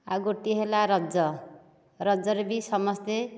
ଆଉ ଗୋଟିଏ ହେଲା ରଜ ରଜରେ ବି ସମସ୍ତେ